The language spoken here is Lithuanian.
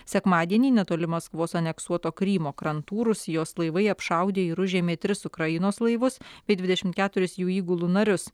sekmadienį netoli maskvos aneksuoto krymo krantų rusijos laivai apšaudė ir užėmė tris ukrainos laivus bei dvidešimt keturis jų įgulų narius